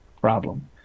problem